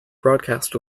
broadcast